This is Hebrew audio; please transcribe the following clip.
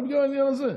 רק בגלל העניין הזה.